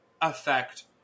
affect